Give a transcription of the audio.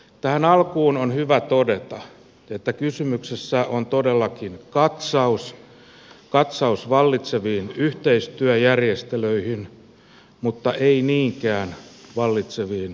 tähän alkuun on hyvä todeta että kysymyksessä on todellakin katsaus katsaus vallitseviin yhteistyöjärjestelyihin mutta ei niinkään vallitseviin oloihin